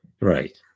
Right